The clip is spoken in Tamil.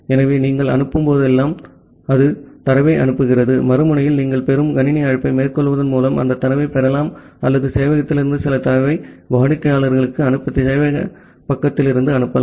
ஆகவே நீங்கள் அனுப்பும் போதெல்லாம் அது தரவை அனுப்புகிறது மறுமுனையில் நீங்கள் பெறும் கணினி அழைப்பை மேற்கொள்வதன் மூலம் அந்தத் தரவைப் பெறலாம் அல்லது சேவையகத்திலிருந்து சில தரவை வாடிக்கையாளருக்கு அனுப்ப சேவையகப் பக்கத்திலிருந்து அனுப்பலாம்